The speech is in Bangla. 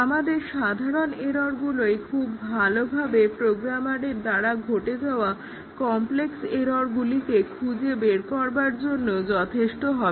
আমাদের সাধারণ এররগুলোই খুব ভালোভাবে প্রোগ্রামারের দ্বারা ঘটে যাওয়া কমপ্লেক্স এররগুলিকে খুঁজে বের করবার জন্য যথেষ্ট হবে